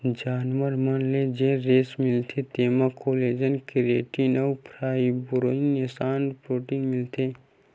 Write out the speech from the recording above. जानवर मन ले जेन रेसा मिलथे तेमा कोलेजन, केराटिन अउ फाइब्रोइन असन प्रोटीन मिलथे